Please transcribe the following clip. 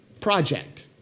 project